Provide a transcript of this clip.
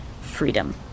freedom